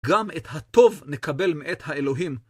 גם את הטוב נקבל מאת האלוהים.